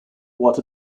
what